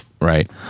Right